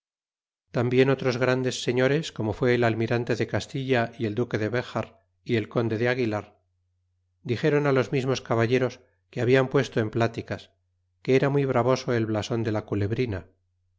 tambien otros grandes señores como fue el almirante de castilla y el duque de dejar y el conde de aguilar dixeron los mismos caballeros que habian puesto en pláticas que era muy bravoso el blason de la culebrina